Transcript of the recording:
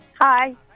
Hi